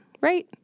right